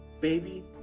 baby